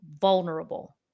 vulnerable